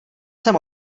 jsem